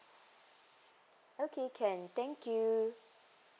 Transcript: okay can thank you